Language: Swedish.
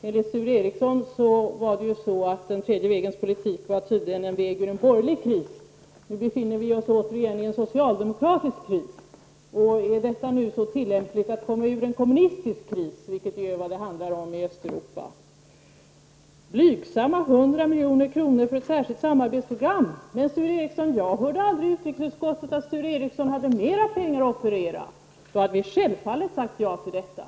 Enligt Sture Ericson var den tredje vägens politik tydligen en väg ut ur en borgerlig kris. Nu befinner vi oss återigen i en socialdemokratisk kris. Är detta då så tillämpligt för att komma ur en kommunistisk kris, vilket är vad det handlar om i Östeuropa? Sture Ericson tyckte att 100 milj.kr. för ett särskilt samarbetsprogram var blygsamt. Men jag hörde aldrig i utrikesutskottet att Sture Ericson hade mera pengar att offerera. Om han hade gjort det hade vi självfallet sagt ja till detta.